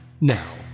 now